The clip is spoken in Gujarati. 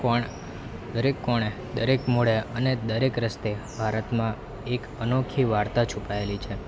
કોણ દરેક કોણે દરેક મોડે અને દરેક રસ્તે ભારતમાં એક અનોખી વાર્તા છુપાએલી છે